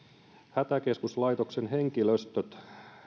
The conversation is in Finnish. hätäkeskuslaitoksen henkilöstön